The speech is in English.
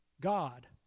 God